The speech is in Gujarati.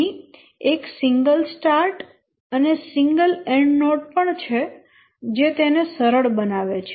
અહીં એક સિંગલ સ્ટાર્ટ અને સિંગલ એન્ડ નોડ પણ છે જે તેને સરળ બનાવે છે